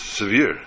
severe